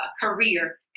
career